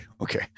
Okay